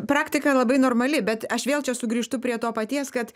praktika labai normali bet aš vėl čia sugrįžtu prie to paties kad